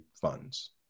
funds